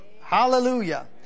Hallelujah